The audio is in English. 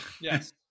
Yes